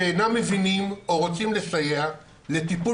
שאינם מבינים או רוצים לסייע לטיפול